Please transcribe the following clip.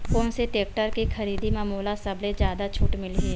कोन से टेक्टर के खरीदी म मोला सबले जादा छुट मिलही?